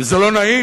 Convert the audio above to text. וזה לא נעים